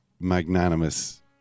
magnanimous